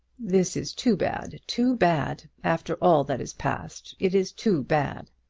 this is too bad too bad! after all that is past, it is too bad!